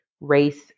Race